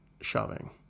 shoving